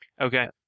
Okay